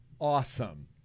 awesome